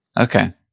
Okay